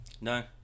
No